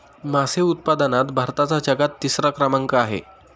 मासे उत्पादनात भारताचा जगात तिसरा क्रमांक आहे